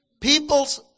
people's